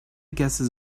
gases